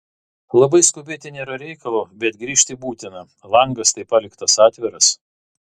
labai skubėti nėra reikalo bet grįžt būtina langas tai paliktas atviras